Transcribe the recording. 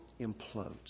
implodes